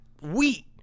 Wheat